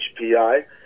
HPI